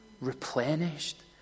replenished